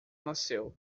nasceu